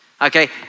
Okay